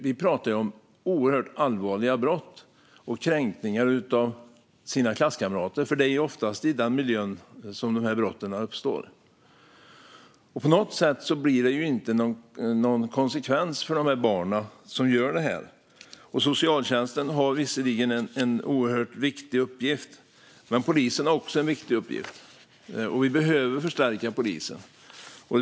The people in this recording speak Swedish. Vi pratar om oerhört allvarliga brott och kränkningar av klasskamrater - det är oftast i den miljön som de här brotten begås. Men det blir inte någon konsekvens för de barn som gör det här. Socialtjänsten har visserligen en oerhört viktig uppgift, men polisen har också en viktig uppgift. Vi behöver förstärka polisen.